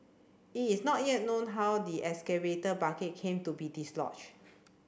it is not yet known how the excavator bucket came to be dislodged